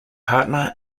partner